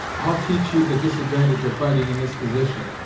i'll teach you the disadvantage of fighting in this position,